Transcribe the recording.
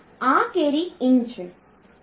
તેથી આ કેરી ઇન છે